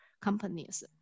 companies